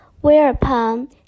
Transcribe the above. Whereupon